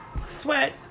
sweat